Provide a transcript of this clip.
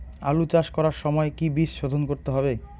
আলু চাষ করার সময় কি বীজ শোধন করতে হবে?